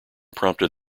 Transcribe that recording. prompted